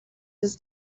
his